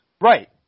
right